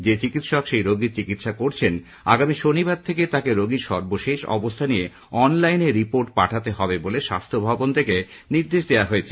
যে চিকিৎসক সেই রোগীর চিকিৎসা করছেন আগামী শনিবার থেকে তাঁকে রোগীর সর্বশেষ অবস্থা নিয়ে অনলাইনে রিপোর্ট পাঠাতে হবে বলে স্বাস্থ্য ভবন থেকে নির্দেশ দেওয়া হয়েছে